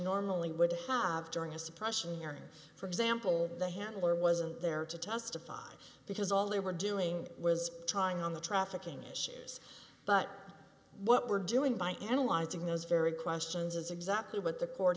normally would have during a suppression hearing for example the handler wasn't there to testify because all they were doing was trying on the trafficking issues but what we're doing by analyzing those very questions is exactly what the court